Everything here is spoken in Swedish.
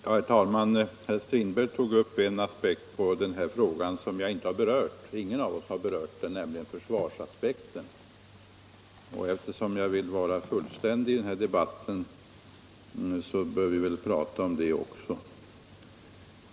Herr talman! Herr Strindberg tog upp en aspekt på denna fråga som ingen av oss berört, nämligen försvarsaspekten. Eftersom jag vill vara fullständig i denna debatt, bör jag väl ta upp den också.